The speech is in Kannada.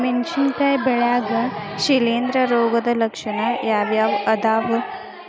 ಮೆಣಸಿನಕಾಯಿ ಬೆಳ್ಯಾಗ್ ಶಿಲೇಂಧ್ರ ರೋಗದ ಲಕ್ಷಣ ಯಾವ್ಯಾವ್ ಅದಾವ್?